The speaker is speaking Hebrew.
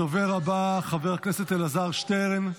הדובר הבא, חבר הכנסת אלעזר שטרן,